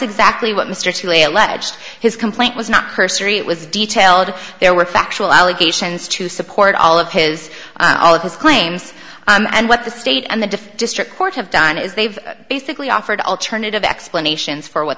exactly what mr truly alleged his complaint was not cursory it was detailed there were factual allegations to support all of his all of his claims and what the state and the diff district court have done is they've basically offered alternative explanations for what